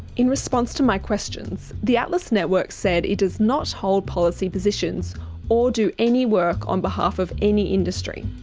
in response to my questions, the atlas network said it does not hold policy positions or do any work on behalf of any industry.